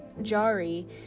Jari